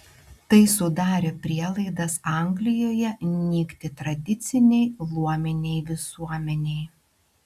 tai sudarė prielaidas anglijoje nykti tradicinei luominei visuomenei